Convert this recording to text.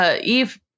Eve